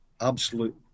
absolute